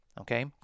okay